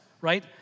right